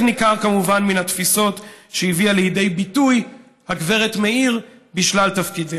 חלק ניכר מהתפיסות הביאה לידי ביטוי הגברת מאיר בשלל תפקידיה.